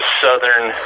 southern